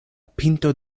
pinto